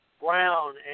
Brown